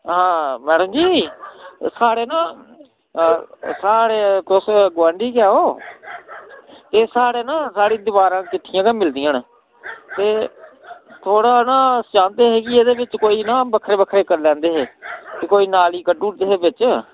हां मैडम जी साढ़े ना साढ़े तुस गुआंढी गै ओ एह् साढ़े ना साढ़ी दवारां किट्ठियां गै मिलदियां न ते थोह्ड़ा ना अस चांह्दे हे कि एह्दे बिच कोई ना बक्खरे बक्खरे करी लैंदे हे ते कोई नाली कड्ढी ओड़दे दे हे बिच